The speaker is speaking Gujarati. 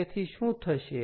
તો તેથી શું થશે